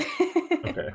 Okay